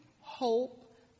Hope